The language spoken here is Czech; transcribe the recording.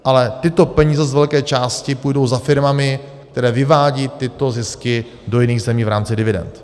Ale tyto peníze z velké části půjdou za firmami, které vyvádějí tyto zisky do jiných zemí v rámci dividend.